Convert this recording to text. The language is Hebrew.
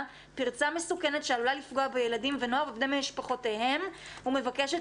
פרצה מסוכנת שעלולה לפגוע בילדים ונוער ובבני משפחותיהם ומבקשת